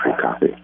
copy